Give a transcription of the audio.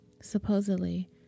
supposedly